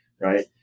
right